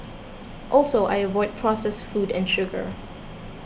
also I avoid processed food and sugar